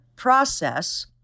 Process